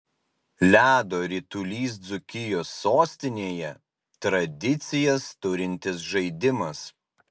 ledo ritulys dzūkijos sostinėje tradicijas turintis žaidimas